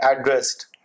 addressed